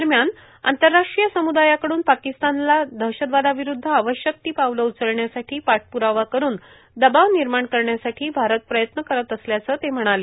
दरम्यान आंतरराष्ट्रीय समूदायाकडून पाकिस्तानला दहशतवादाविरूध्द आवश्यक ती पावलं उचलण्यासाठी पाठप्रावा करून दबाव निर्माण करण्यासाठी भारत प्रयत्न करत असल्याचं ते म्हणाले